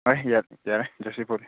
ꯍꯣꯏ ꯌꯥꯔꯦ ꯖꯥꯔꯁꯤꯒꯨꯝꯕꯗꯤ